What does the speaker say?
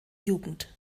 jugend